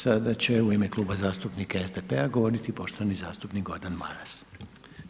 Sada će u ime Kluba zastupnika SDP-a govoriti poštovani zastupnik Gordan Maras.